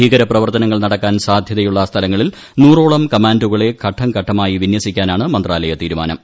ഭീകരപ്രവർത്തനങ്ങൾ നടക്കാൻ സാധ്യതയുള്ള സ്ഥലങ്ങളിൽ നൂറോളം കമാൻഡോകളെ ഘട്ടംഘട്ടമായി വിന്യസിക്കാനാണ് മന്ത്രാലയ തീരുമാനം